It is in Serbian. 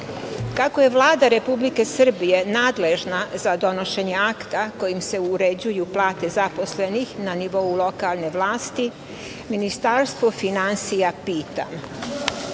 je Vlada Republike Srbije nadležna za donošenje akta kojim se uređuju plate zaposlenih na nivou lokalne vlasti, pitam Ministarstvo finansija – da